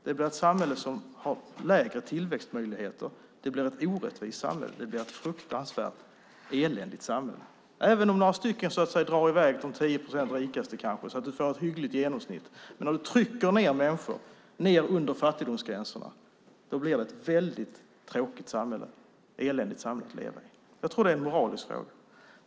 Det blir ett samhälle som har lägre tillväxtmöjligheter. Det blir ett orättvist samhälle. Även om några drar i väg, de 10 procent rikaste kanske, så att man får ett hyggligt genomsnitt men samtidigt trycker ned människor under fattigdomsgränsen blir det ett väldigt tråkigt och eländigt samhälle att leva i. Jag tror att det är en moralisk fråga.